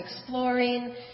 exploring